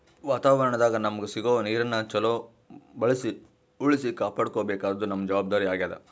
ವಾತಾವರಣದಾಗ್ ನಮಗ್ ಸಿಗೋ ನೀರನ್ನ ಚೊಲೋ ಬಳ್ಸಿ ಉಳ್ಸಿ ಕಾಪಾಡ್ಕೋಬೇಕಾದ್ದು ನಮ್ಮ್ ಜವಾಬ್ದಾರಿ ಆಗ್ಯಾದ್